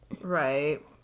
Right